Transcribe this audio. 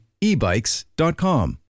ebikes.com